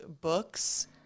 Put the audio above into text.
books